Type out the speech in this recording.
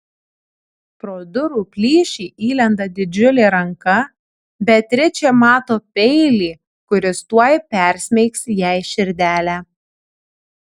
pro durų plyšį įlenda didžiulė ranka beatričė mato peilį kuris tuoj persmeigs jai širdelę